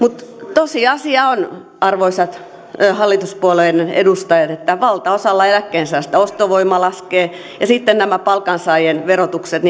tosiasia on arvoisat hallituspuolueiden edustajat että valtaosalla eläkkeensaajista ostovoima laskee ja nämä palkansaajien verotukset